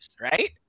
right